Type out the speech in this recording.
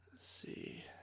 see